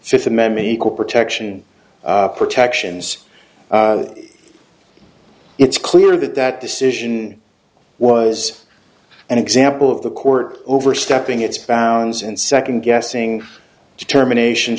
fifth amendment equal protection protections it's clear that that decision was an example of the court overstepping its bounds and second guessing determination